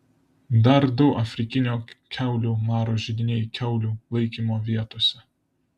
dar du afrikinio kiaulių maro židiniai kiaulių laikymo vietose